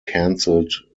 cancelled